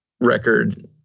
record